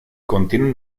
contienen